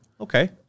Okay